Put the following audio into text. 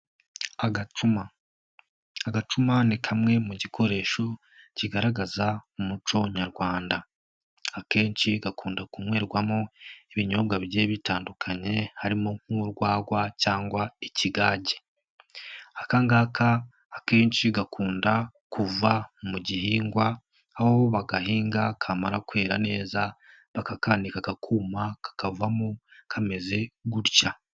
Agacuma, agacuma ni kamwe mu gikoresho kigaragaza umuco nyarwanda, akenshi gakunda kunywerwamo ibinyobwa bigiye bitandukanye harimo nk'urwagwa cyangwa ikigage, aka ngaka akenshi gakunda kuva mu gihingwa aho bagahinga kamara kwera neza bakakanika kakuma kakavamo kameze gutya.